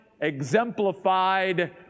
exemplified